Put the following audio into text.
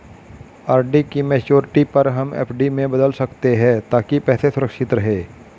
RD की maturity पर हम एफ.डी में बदल सकते है ताकि पैसे सुरक्षित रहें